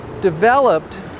developed